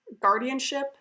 guardianship